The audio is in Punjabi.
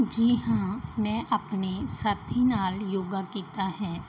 ਜੀ ਹਾਂ ਮੈਂ ਆਪਣੇ ਸਾਥੀ ਨਾਲ ਯੋਗਾ ਕੀਤਾ ਹੈ